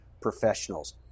professionals